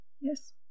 Yes